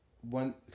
one